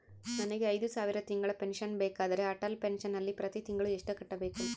ನನಗೆ ಐದು ಸಾವಿರ ತಿಂಗಳ ಪೆನ್ಶನ್ ಬೇಕಾದರೆ ಅಟಲ್ ಪೆನ್ಶನ್ ನಲ್ಲಿ ಪ್ರತಿ ತಿಂಗಳು ಎಷ್ಟು ಕಟ್ಟಬೇಕು?